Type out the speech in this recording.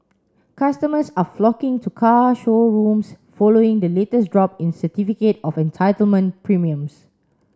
customers are flocking to car showrooms following the latest drop in certificate of entitlement premiums